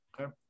Okay